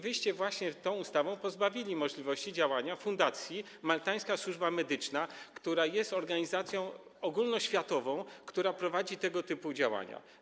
Wyście właśnie tą ustawą pozbawili możliwości działania fundację Maltańska Służba Medyczna, która jest organizacją ogólnoświatową, która prowadzi tego typu działania.